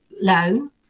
loan